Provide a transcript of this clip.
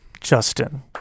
justin